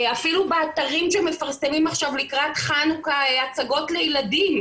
אפילו באתרים שמפרסמים עכשיו לקראת חנוכה הצגות לילדים,